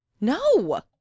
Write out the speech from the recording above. no